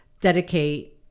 dedicate